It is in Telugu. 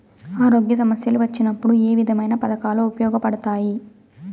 ఆరోగ్య సమస్యలు వచ్చినప్పుడు ఏ విధమైన పథకాలు ఉపయోగపడతాయి